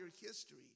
history